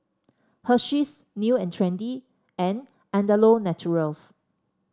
Hersheys New And Trendy and Andalou Naturals